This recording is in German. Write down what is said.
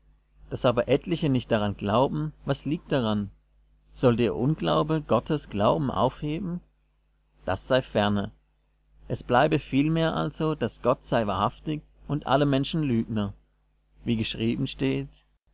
daß aber etliche nicht daran glauben was liegt daran sollte ihr unglaube gottes glauben aufheben das sei ferne es bleibe vielmehr also daß gott sei wahrhaftig und alle menschen lügner wie geschrieben steht